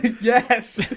Yes